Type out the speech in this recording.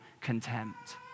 contempt